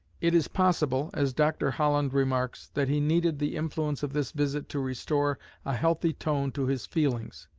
it is possible, as dr. holland remarks, that he needed the influence of this visit to restore a healthy tone to his feelings,